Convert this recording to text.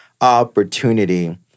opportunity